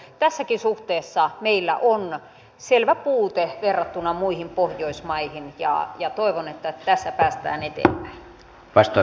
tässäkin suhteessa meillä on selvä puute verrattuna muihin pohjoismaihin ja toivon että tässä päästään eteenpäin